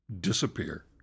disappear